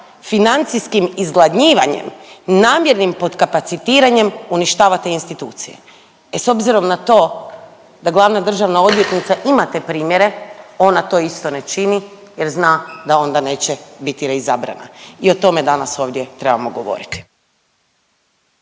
financijskim izgladnjivanjem, namjernim podkapacitiranjem uništava te institucije. E s obzirom na to da glavna državna odvjetnice ima te primjere ona to isto ne čini jer zna da onda neće biti reizabrana i o tome danas ovdje trebamo govoriti.